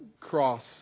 cross